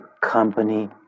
company